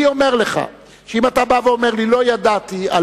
אני אומר לך שאם אתה אומר לי: לא ידעתי על